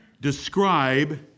describe